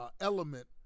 Element